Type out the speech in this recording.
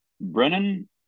Brennan